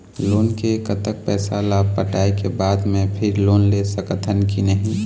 Loan के कतक पैसा ला पटाए के बाद मैं फिर लोन ले सकथन कि नहीं?